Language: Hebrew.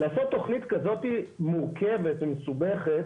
לעשות תכנית כזאת מורכבת ומסובכת,